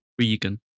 Regan